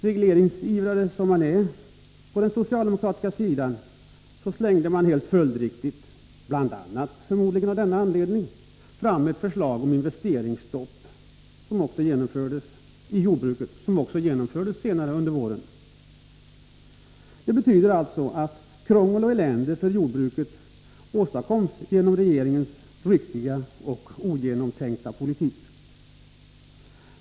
Regleringsivrare som man är inom socialdemokratin slängde man helt följdriktigt fram ett förslag om investeringsstopp som också genomfördes senare under våren. Krångel och elände för jordbruket har alltså åstadkommits med regeringens ryckiga och ogenomtänkta politik.